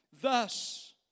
Thus